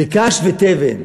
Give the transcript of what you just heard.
בְּקַש ותֶבֶן.